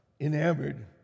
enamored